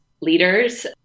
leaders